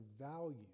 value